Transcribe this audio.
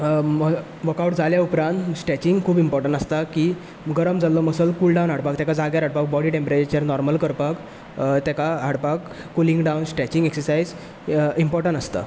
work out जाले उपरांत stretching खूब इंपोर्टंट आसता की गरम जाल्लो मसल कूल डावन हाडपाक ताका जाग्याक हाडपाक बोडी टॅम्परेचर नोर्मल करपाक तेका हाडपाक cooling down stretching exercise important आसता